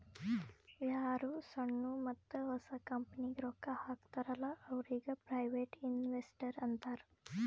ಯಾರು ಸಣ್ಣು ಮತ್ತ ಹೊಸ ಕಂಪನಿಗ್ ರೊಕ್ಕಾ ಹಾಕ್ತಾರ ಅಲ್ಲಾ ಅವ್ರಿಗ ಪ್ರೈವೇಟ್ ಇನ್ವೆಸ್ಟರ್ ಅಂತಾರ್